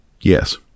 Yes